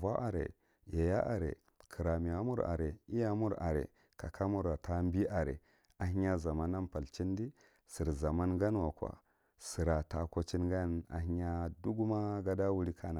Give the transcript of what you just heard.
vo are, yaye are, kitra miya are, iya mur are kaka mura tabi are ahenya zaman nan palchindi sir zaman gan wako sira ta kochin gan ahenya dagu ma da wuri kana.